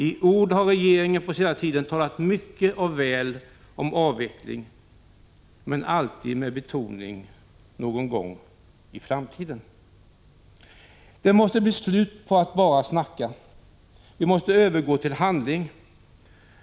I ord har regeringen på den senaste tiden talat mycket och väl om avveckling — men alltid med betoning på ”någon gång i framtiden”. Det måste bli ett slut på att bara prata. Nu måste vi övergå till handling.